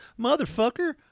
motherfucker